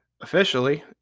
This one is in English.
officially